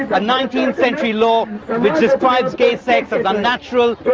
a nineteenth century law which describes gay sex as unnatural,